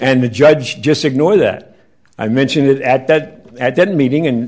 and the judge just ignore that i mentioned it at that at that meeting and